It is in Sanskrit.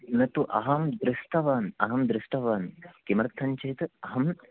न तु अहं दृष्टवान् अहं दृष्टवान् किमर्थं चेत् अहम्